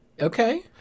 Okay